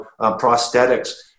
prosthetics